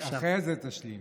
חבר הכנסת אלכס קושניר.